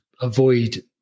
avoid